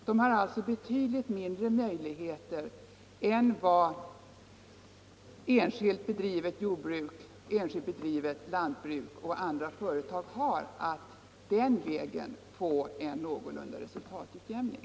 De har alltså betydligt mindre möjligheter än enskilt bedrivet lantbruk och andra företag att den vägen få en någorlunda hygglig resultatutjämning.